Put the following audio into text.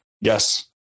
yes